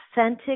authentic